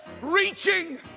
reaching